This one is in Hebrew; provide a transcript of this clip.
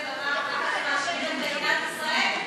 לא יכול להיות כזה דבר במדינת ישראל,